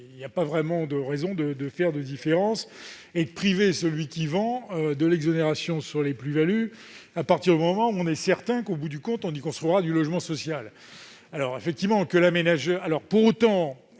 il n'y a pas véritablement de raison de faire de différence et de priver le vendeur de l'exonération sur les plus-values, à partir du moment où on est certain qu'au bout du compte on construira du logement social. Néanmoins,